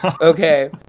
Okay